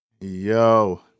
Yo